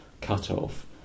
cut-off